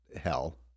hell